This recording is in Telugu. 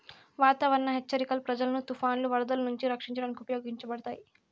వాతావరణ హెచ్చరికలు ప్రజలను తుఫానులు, వరదలు నుంచి రక్షించడానికి ఉపయోగించబడతాయి